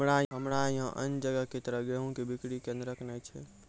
हमरा यहाँ अन्य जगह की तरह गेहूँ के बिक्री केन्द्रऽक नैय छैय?